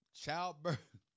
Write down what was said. childbirth